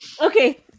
Okay